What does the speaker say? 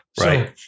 Right